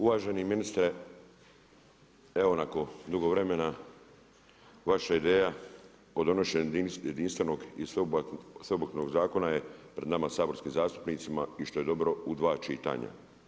Uvaženi ministre, evo nakon dugo vremena, vaša ideja o donošenju jedinstvenog i sveobuhvatnog zakona je pred nama saborskim zastupnicima i što je dobro u dva čitanja.